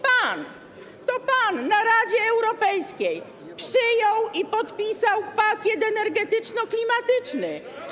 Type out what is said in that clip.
Pan. To pan na posiedzeniu Rady Europejskiej przyjął i podpisał pakiet energetyczno-klimatyczny.